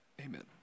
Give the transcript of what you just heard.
Amen